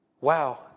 wow